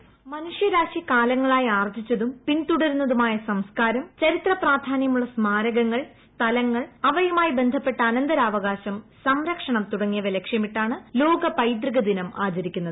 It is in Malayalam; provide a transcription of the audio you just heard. വോയിസ് മനുഷ്യ രാശി കാലങ്ങളായി ആർജ്ജിച്ചതും പിൻതുടരുന്നതുമായ സംസ്കാരം ചരിത്ര പ്രാധാനൃമുള്ള സ്മാരകങ്ങൾ സ്ഥലങ്ങൾ അവയുമായി ബന്ധപ്പെട്ട അനന്തരാവകാശം സംരക്ഷണം തുടങ്ങിയവ ലക്ഷ്യമിട്ടാണ് ലോക പൈതൃക ദിനം ആചരിക്കുന്നത്